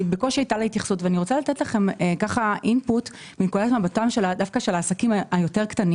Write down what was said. אני רוצה לתת לכם אינפוט מנקודת מבטם של העסקים הקטנים יותר,